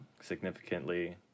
significantly